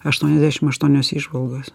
aštuoniasdešim aštuonios įžvalgos